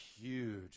huge